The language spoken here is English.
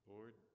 Lord